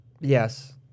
Yes